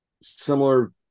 similar